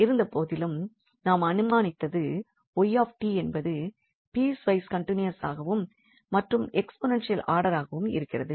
இருந்தபோதிலும் நாம் அனுமானித்தது 𝑦𝑡 என்பது பீஸ்வைஸ் கண்டினியஸ் ஆகவும் மற்றும் எக்ஸ்பொனென்ஷியல் ஆர்டர் ஆகவும் இருக்கிறது